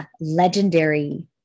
legendary